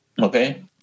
Okay